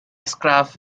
scarf